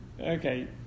okay